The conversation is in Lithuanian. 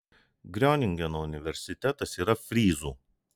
groningeno universitetas yra fryzų